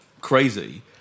Crazy